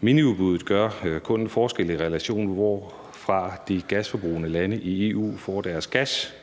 Miniudbuddet gør kun en forskel i relation til, hvorfra de gasforbrugende lande i EU får deres gas.